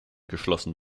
geschlossen